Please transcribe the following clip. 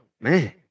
man